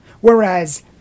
whereas